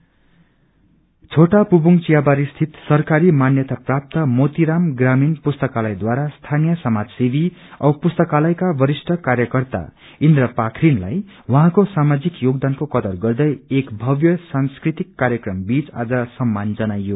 फेलिसेट छोटा पूबोग थियाबारी स्थित सरकारी मान्यता मोतीराम प्रामीण पुस्तकालयद्वारा स्थानीय समाजसेवी औ पुस्तकालयका वरिष्ठ कार्यकर्ता इन्त्र पाखरिनेलाई उडाँको सामाजिक योगदानको बदर गर्दै एक भव्य सांस्कृतिक कार्यक्रमबीच आज सम्मान जनायो